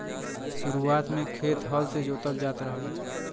शुरुआत में खेत हल से जोतल जात रहल